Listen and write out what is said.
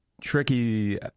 tricky